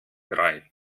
drei